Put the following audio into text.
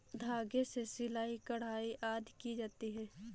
धागे से सिलाई, कढ़ाई आदि की जाती है